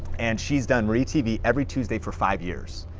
and she's done marie tv every tuesday for five years.